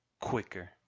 quicker